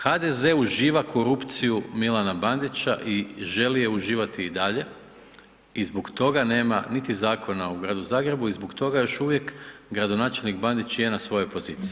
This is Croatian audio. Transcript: HDZ uživa korupciju Milana Bandića i želi je uživati i dalje i zbog toga nema niti Zakona o Gradu Zagrebu i zbog toga još uvijek gradonačelnik Bandić je na svojoj poziciji.